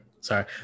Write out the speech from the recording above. sorry